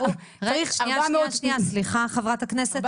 סליחה חברת הכנסת.